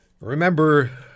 Remember